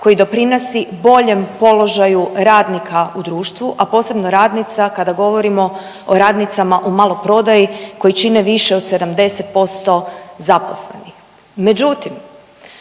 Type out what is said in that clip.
koji doprinosi boljem položaju radnika u društvu, a posebno radnica kada govorimo o radnicama u maloprodaji koji čine više od 70% zaposlenih,